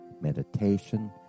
meditation